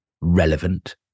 relevant